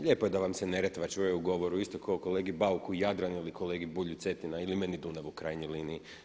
Lijepo je da vam se Neretva čuje u govoru isto ko kolegi Bauku Jadran ili kolegi Bulju Cetina ili meni Dunav u krajnjoj liniji.